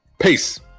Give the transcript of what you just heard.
Peace